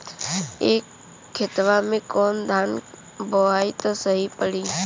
ए खेतवा मे कवन धान बोइब त सही पड़ी?